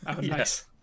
yes